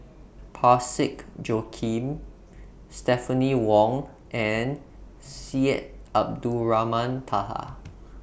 Parsick Joaquim Stephanie Wong and Syed Abdulrahman Taha